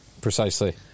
Precisely